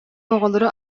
оҕолору